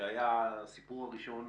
שהיה הסיפור הראשון